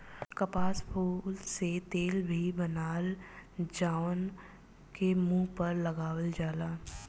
कपास फूल से तेल भी बनेला जवना के मुंह पर लगावल जाला